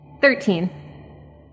Thirteen